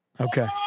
Okay